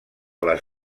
les